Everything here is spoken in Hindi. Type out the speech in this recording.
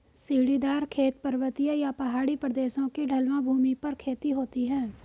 सीढ़ीदार खेत, पर्वतीय या पहाड़ी प्रदेशों की ढलवां भूमि पर खेती होती है